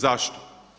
Zašto?